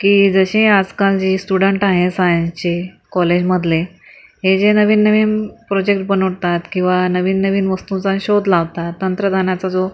की जसे आजकाल जी स्टुडन्ट आहे सायन्स चे कॉलेजमधले हे जे नवीननवीन प्रोजेक्ट बनवतात किंवा नवीननवीन वस्तूचा शोध लावतात तंत्रज्ञानाचा जो